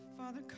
Father